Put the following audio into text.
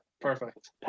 perfect